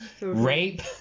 rape